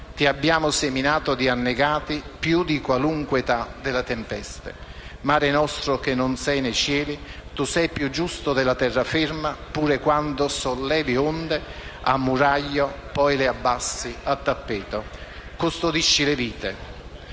ti abbiamo seminato di annegati più di qualunque età delle tempeste. Mare nostro che non sei nei cieli, tu sei più giusto della terraferma, pure quando sollevi onde a muraglia poi le abbassi a tappeto. Custodisci le vite,